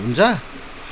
हुन्छ